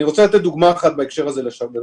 אני רוצה לתת דוגמה אחת בנושא השפעת,